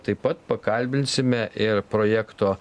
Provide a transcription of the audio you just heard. taip pat pakalbinsime ir projekto